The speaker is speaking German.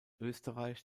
österreich